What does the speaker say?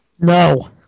No